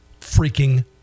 freaking